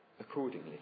accordingly